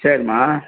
சரிம்மா